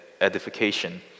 edification